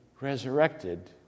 resurrected